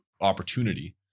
opportunity